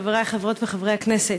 חברי חברות וחברי הכנסת,